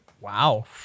wow